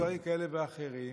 עושים דברים כאלה ואחרים,